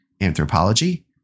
anthropology